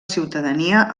ciutadania